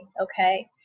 okay